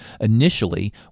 initially